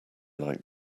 like